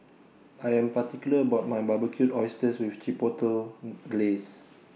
I Am particular about My Barbecued Oysters with Chipotle Glaze